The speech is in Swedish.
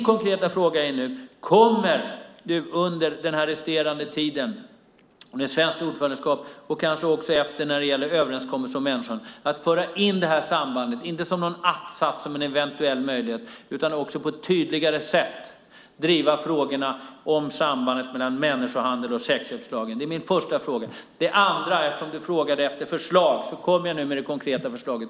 Kommer du, Beatrice Ask, under den resterande tiden av det svenska ordförandeskapet, och kanske därefter vad gäller överenskommelser om människohandel, att föra in detta samband och på ett tydligare sätt, och inte bara som en att-sats för en eventuell möjlighet, driva frågorna om sambandet mellan människohandel och sexköpslagen? Eftersom du frågade efter förslag, Beatrice Ask, kommer jag nu med ett konkret förslag i nästa fråga.